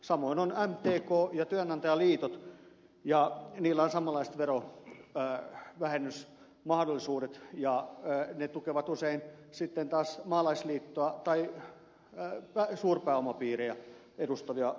samoin on mtk ja työnantajaliitot ja niillä on samanlaiset verovähennysmahdollisuudet ja ne tukevat usein sitten taas maalaisliittoa tai suurpääomapiirejä edustavia kansanedustajaehdokkaita